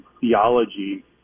theology